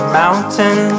mountain